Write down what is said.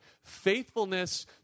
Faithfulness